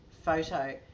photo